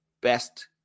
best